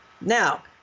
Now